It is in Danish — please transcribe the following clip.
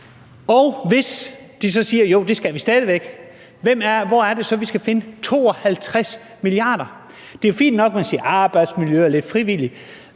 Og hvis de så siger, at jo, det skal vi stadig væk, hvor er det så, vi skal finde 52 mia. kr.? Det er jo fint nok, at man siger noget om arbejdsmiljø og noget om lidt frivilligt,